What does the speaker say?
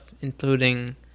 including